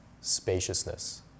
spaciousness